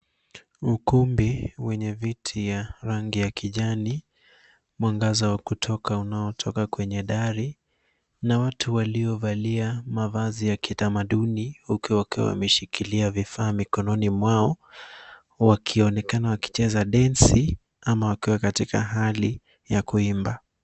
Ukumbi wenye viti vya rangi ya kijani. Mwangaza wa kutoka unaotoka kwenye dari na watu waliovalia mavazi ya kitamaduni huku wakiwa wameshikilia vifaa mikononi mwao wakionekana wakicheza densi ama wakiwa katika hali ya kuimba.